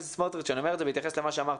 ח"כ סמוטריץ', אני אומר את זה בהתייחס למה שאמרת.